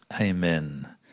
Amen